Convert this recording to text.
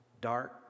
dark